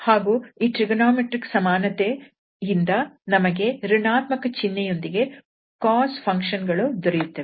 ಹಾಗೂ ಈ ಟ್ರಿಗೊನೋಮೆಟ್ರಿಕ್ ಸಮಾನತೆ ಇಂದ ನಮಗೆ ಋಣಾತ್ಮಕ ಚಿಹ್ನೆಯೊಂದಿಗೆ cos ಫಂಕ್ಷನ್ ಗಳು ದೊರೆಯುತ್ತವೆ